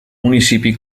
municipi